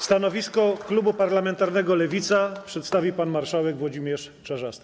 Stanowisko Klubu Parlamentarnego Lewica przedstawi pan marszałek Włodzimierz Czarzasty.